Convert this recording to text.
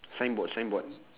signboard signboard